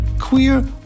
queer